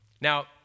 Now